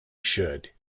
should